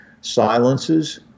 Silences